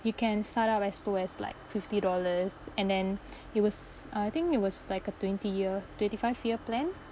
you can start up as low as like fifty dollars and then it was I think it was like a twenty year twenty five year plan